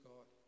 God